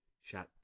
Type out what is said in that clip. shot